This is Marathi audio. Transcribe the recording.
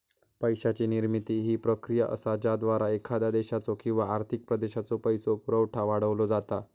पैशाची निर्मिती ही प्रक्रिया असा ज्याद्वारा एखाद्या देशाचो किंवा आर्थिक प्रदेशाचो पैसो पुरवठा वाढवलो जाता